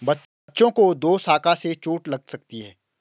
बच्चों को दोशाखा से चोट लग सकती है